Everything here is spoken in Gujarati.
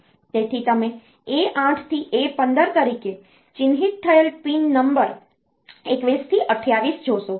તેથી તમે A8 થી A15 તરીકે ચિહ્નિત થયેલ પિન નંબર 21 થી 28 જોશો